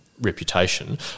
reputation